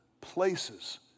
places